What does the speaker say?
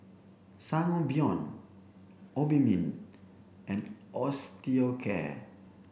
Sangobion Obimin and Osteocare